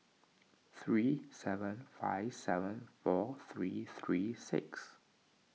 three seven five seven four three three six